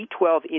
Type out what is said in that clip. B12